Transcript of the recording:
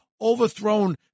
overthrown